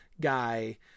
guy